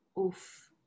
Oof